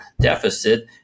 deficit